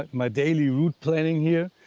ah my daily route planning here,